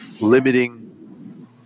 limiting